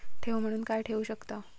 ठेव म्हणून काय ठेवू शकताव?